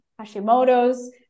Hashimoto's